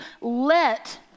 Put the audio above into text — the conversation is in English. let